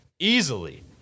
Easily